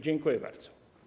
Dziękuję bardzo.